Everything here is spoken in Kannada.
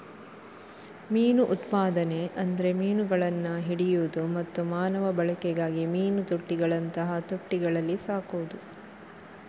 ಮೀನು ಉತ್ಪಾದನೆ ಅಂದ್ರೆ ಮೀನುಗಳನ್ನ ಹಿಡಿಯುದು ಮತ್ತೆ ಮಾನವ ಬಳಕೆಗಾಗಿ ಮೀನು ತೊಟ್ಟಿಗಳಂತಹ ತೊಟ್ಟಿಗಳಲ್ಲಿ ಸಾಕುದು